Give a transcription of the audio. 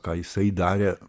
ką jisai darė